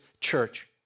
church